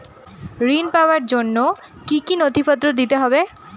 ঋণ পাবার জন্য কি কী নথিপত্র দিতে হবে?